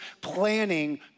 planning